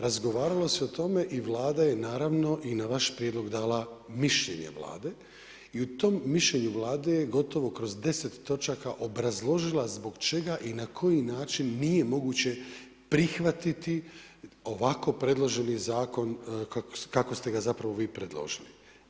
Razgovaralo se o tome i Vlada je naravno i na vaš prijedlog dala mišljenje Vlade i u tom mišljenju Vlade je gotovo kroz 10 točaka obrazložila zbog čega i na koji način, nije moguće prihvatiti ovako predloženi zakon, kako ste ga zapravo vi predložili.